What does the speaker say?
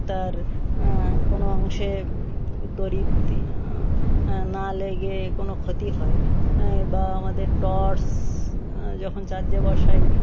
তার কোনও অংশে তড়িৎ না লেগে কোনও ক্ষতি হয় বা আমাদের টর্চ যখন চার্জে বসাই